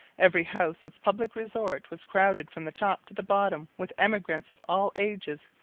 every house of public resort was crowded from the top to the bottom with emigrants of all ages,